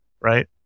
right